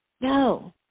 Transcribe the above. no